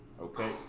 Okay